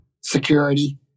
security